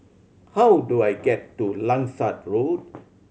how do I get to Langsat Road